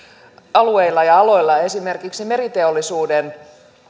alueilla ja aloilla ja esimerkiksi meriteollisuuden